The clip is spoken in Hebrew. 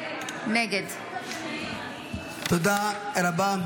נגד תודה רבה.